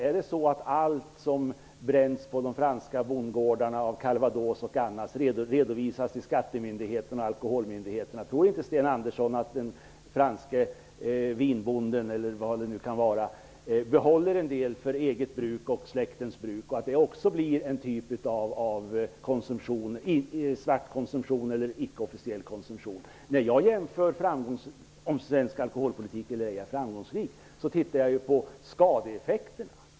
Är det så att allt som bränns på de franska bondgårdarna, calvados och annat, redovisas till skattemyndigheten och alkoholmyndigheten? Tror inte Sten Andersson att den franske vinbonden, eller vem det kan vara, behåller en del för eget och för släktens bruk och att det också blir en typ av svart konsumtion eller ickeofficiell konsumtion? När jag gör en jämförelse för att se om svensk alkoholpolitik är framgångsrik eller ej tittar jag ju på skadeeffekterna.